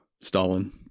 Stalin